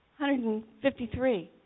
153